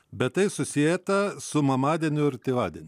bet tai susieta su mamadieniu ir tėvadieniu